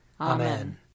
Amen